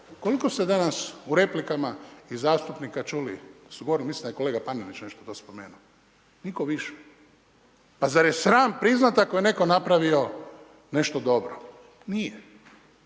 koliko ste danas u replikama iz zastupnika čuli, mislim da je kolega Panenić nešto to spomenuo, nitko više. Pa zar je sram priznati ako je netko napravio nešto dobro, nije.